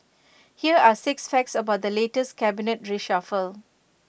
here are six facts about the latest cabinet reshuffle